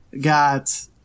got